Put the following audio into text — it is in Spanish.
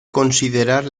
considerar